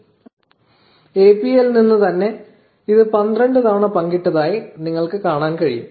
1603 എപിഐയിൽ നിന്ന് തന്നെ ഇത് 12 തവണ പങ്കിട്ടതായി നിങ്ങൾക്ക് കാണാൻ കഴിയും